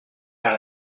got